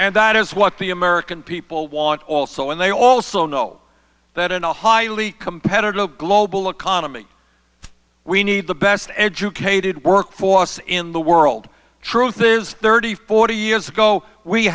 and that is what the american people want also and they also know that in a highly competitive global economy we need the best educated workforce in the world truth is thirty forty years ago we